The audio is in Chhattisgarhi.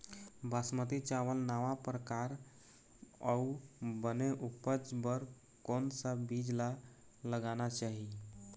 बासमती चावल नावा परकार अऊ बने उपज बर कोन सा बीज ला लगाना चाही?